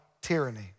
tyranny